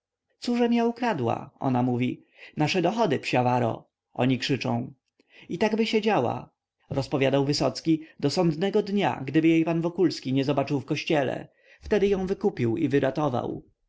cóżem ja ukradła ona mówi nasze dochody psia wiaro oni krzyczą i takby siedziała rozpowiadał wysocki do sądnego dnia gdyby jej pan wokulski nie zobaczył w kościele wtedy ją wykupił i wyratował